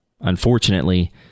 Unfortunately